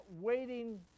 waiting